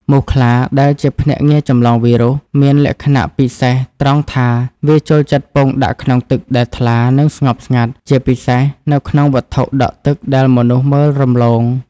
មូសខ្លាដែលជាភ្នាក់ងារចម្លងវីរុស មានលក្ខណៈពិសេសត្រង់ថាវាចូលចិត្តពងដាក់ក្នុងទឹកដែលថ្លា និងស្ងប់ស្ងាត់ ជាពិសេសនៅក្នុងវត្ថុដក់ទឹកដែលមនុស្សមើលរំលង។